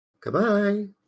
Goodbye